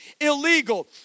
illegal